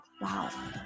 wow